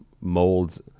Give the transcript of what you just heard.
molds